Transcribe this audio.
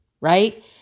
right